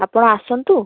ଆପଣ ଆସନ୍ତୁ